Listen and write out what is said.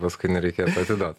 paskui nereikėtų atiduot